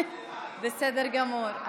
בסדר גמור,